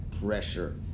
pressure